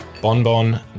Bonbon